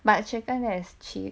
but chicken is cheap